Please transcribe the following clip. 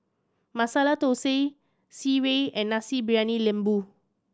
Masala Thosai Sireh and Nasi Briyani Lembu